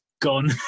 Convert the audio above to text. gone